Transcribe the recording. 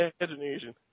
imagination